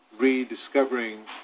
rediscovering